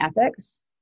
ethics